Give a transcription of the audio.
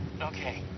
Okay